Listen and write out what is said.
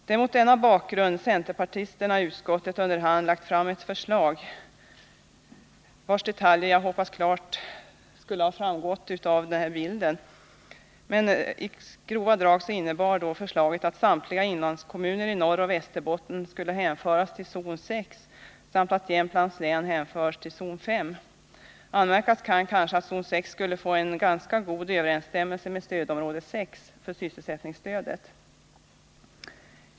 Det är mot denna bakgrund centerpartisterna i utskottet under hand lagt fram ett förslag. I grova drag innebär förslaget att samtliga inlandskommuner i Norroch Västerbotten hänförts till zon 6 samt att Jämtlands län hänförts till zon 5. Anmärkas kan kanske att zon 6 skulle få en ganska god överensstämmelse med stödområdet 6 för sysselsättningsstödet.